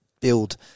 build